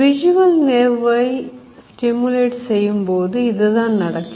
Visual Nerve ஐ Stimulate செய்யும்போது இதுதான் நடக்கும்